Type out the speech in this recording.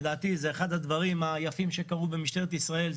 לדעתי זה אחד הדברים היפים שקרו במשטרת ישראל.